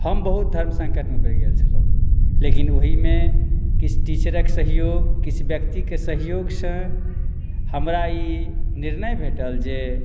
हम बहुत धर्म सङ्कटमे पड़ि गेल छलहुँ लेकिन ओहिमे किछु टीचर क सहयोग किछु व्यक्तिके सहयोगसँ हमरा ई निर्णय भेटल जे